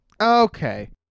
Okay